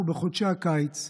אנחנו בחודשי הקיץ,